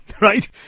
Right